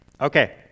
Okay